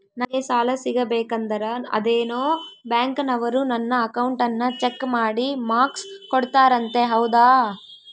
ನಂಗೆ ಸಾಲ ಸಿಗಬೇಕಂದರ ಅದೇನೋ ಬ್ಯಾಂಕನವರು ನನ್ನ ಅಕೌಂಟನ್ನ ಚೆಕ್ ಮಾಡಿ ಮಾರ್ಕ್ಸ್ ಕೊಡ್ತಾರಂತೆ ಹೌದಾ?